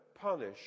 punish